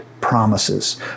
promises